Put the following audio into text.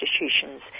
institutions